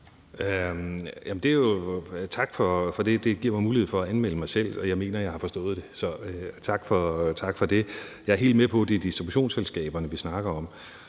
Tak for det. Det giver mig mulighed for at anmelde mig selv, og jeg mener, at jeg har forstået det. Så tak for det. Jeg er helt med på, at det er distributionsselskaberne, vi snakker om,